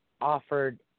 offered